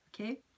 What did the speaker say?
Okay